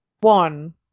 one